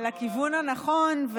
לכיוון הנכון,